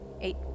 Eight